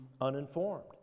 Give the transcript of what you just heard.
uninformed